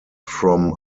from